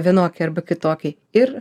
vienokį arba kitokį ir